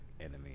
enemy